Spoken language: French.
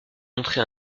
montré